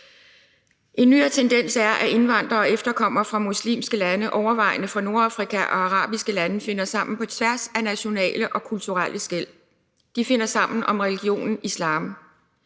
En nyere tendens er, at indvandrere og efterkommere fra muslimske lande, overvejende fra Nordafrika og arabiske lande, finder sammen på tværs af nationale og kulturelle skel. De finder sammen om religionen islam.